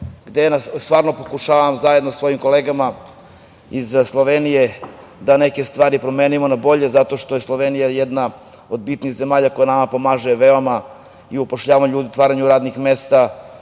gde stvarno pokušavam sa svojim kolegama iz Slovenije, da neke stvari promenimo na bolje, zato što je Slovenija, jedan od bitnih zemalja koja nama pomaže i u upošljavanju ljudi i otvaranju radnih mesta,